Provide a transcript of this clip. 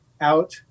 out